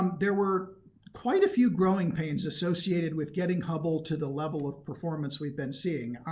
um there were quite a few growing pains associated with getting hubble to the level of performance we've been seeing.